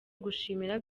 gushimira